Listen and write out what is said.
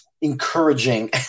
encouraging